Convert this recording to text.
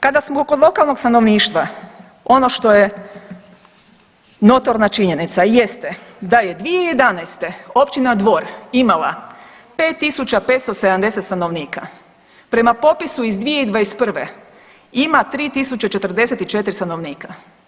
Kada smo kod lokalnog stanovništva ono što je notorna činjenica jeste da je 2011. općina Dvor imala 5.570 stanovnika, prema popisu iz 2021. ima 3.044 stanovnika.